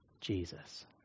Jesus